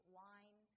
wine